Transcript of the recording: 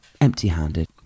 empty-handed